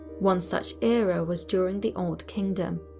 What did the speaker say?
one such era was during the old kingdom,